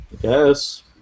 Yes